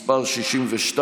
מס' 62,